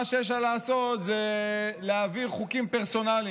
מה שיש לה לעשות זה להעביר חוקים פרסונליים.